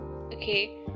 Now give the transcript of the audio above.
okay